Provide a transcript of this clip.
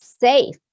safe